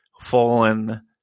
fallen